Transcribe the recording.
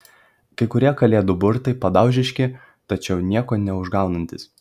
kai kurie kalėdų burtai padaužiški tačiau nieko neužgaunantys